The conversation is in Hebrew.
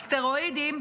על סטרואידים,